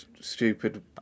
stupid